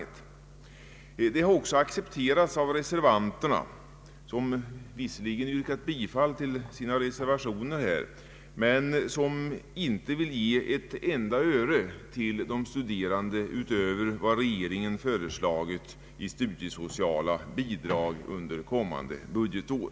Detta har också accepterats av reservanterna, som visserligen yrkat bifall till sina reservationer, men som inte vill ge ett enda öre till de studerande utöver vad regeringen har föreslagit i studiesociala bidrag under kommande budgetår.